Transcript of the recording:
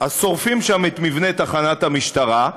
שורפים שם את מבנה תחנת המשטרה.